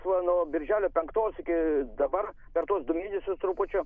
va nuo birželio penktos iki dabar per tuos du mėnesius su trupučiu